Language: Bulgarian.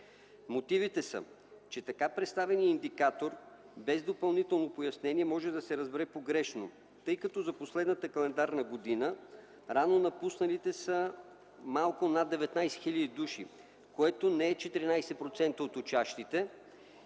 Мотивите са, че така представеният индикатор без допълнително обяснение може да се разбере погрешно, тъй като за последната календарна година рано напусналите са малко над 19 хил. души, което не е 14% от учащите.